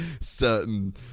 certain